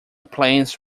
plains